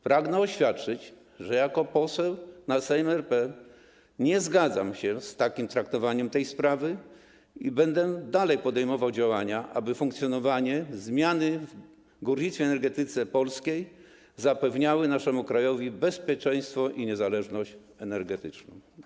Pragnę oświadczyć, że jako poseł na Sejm RP nie zgadzam się z takim traktowaniem tej sprawy i dalej będę podejmował działania, aby zmiany w funkcjonowaniu górnictwa, energetyce polskiej zapewniały naszemu krajowi bezpieczeństwo i niezależność energetyczną.